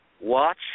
Watch